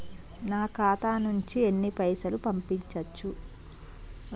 నా ఖాతా నుంచి ఎన్ని పైసలు పంపించచ్చు?